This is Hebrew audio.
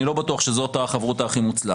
אני לא בטוח שזאת החברותא הכי מוצלחת.